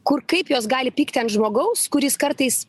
kur kaip jos gali pykti ant žmogaus kuris kartais